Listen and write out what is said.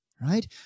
right